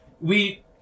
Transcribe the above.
We-